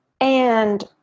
and-